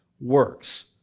works